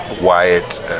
Wyatt